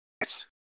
Yes